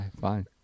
fine